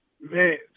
Man